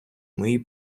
мої